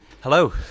Hello